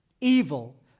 evil